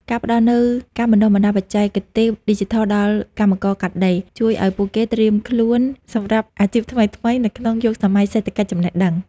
ការផ្តល់នូវការបណ្តុះបណ្តាលបច្ចេកទេសឌីជីថលដល់កម្មករកាត់ដេរ ជួយឱ្យពួកគេត្រៀមខ្លួនសម្រាប់អាជីពថ្មីៗនៅក្នុងយុគសម័យសេដ្ឋកិច្ចចំណេះដឹង។